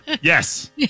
Yes